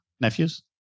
nephews